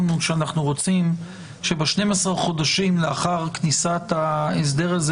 הוא שאנחנו רוצים שבשניים עשר החודשים לאחר כניסת ההסדר הזה